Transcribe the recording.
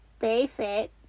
bayfit